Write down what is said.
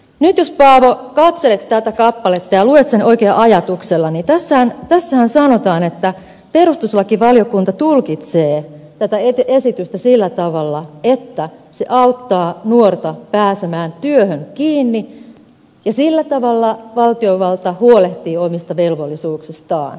nyt jos paavo katselet tätä kappaletta ja luet sen oikein ajatuksella niin tässähän sanotaan että perustuslakivaliokunta tulkitsee tätä esitystä sillä tavalla että se auttaa nuorta pääsemään työhön kiinni ja sillä tavalla valtiovalta huolehtii omista velvollisuuksistaan ja näin on